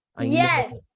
yes